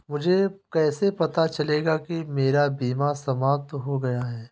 मुझे कैसे पता चलेगा कि मेरा बीमा समाप्त हो गया है?